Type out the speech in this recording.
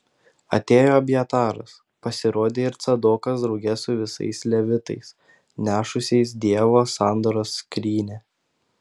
atėjo abjataras pasirodė ir cadokas drauge su visais levitais nešusiais dievo sandoros skrynią